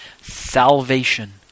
salvation